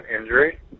injury